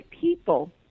people